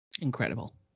Incredible